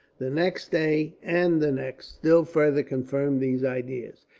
the next day, and the next, still further confirmed these ideas.